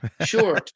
sure